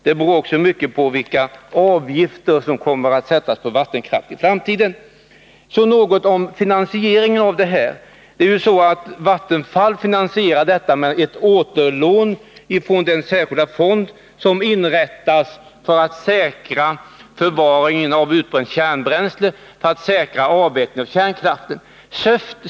Det beror också på vilka avgifter som kommer att tas ut på vattenkraft i framtiden. Så något om finansieringen. Vattenfall finansierar köpet med ett återlån från den särskilda fond som inrättats för att säkra förvaringen av utbränt kärnbränsle.